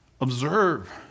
observe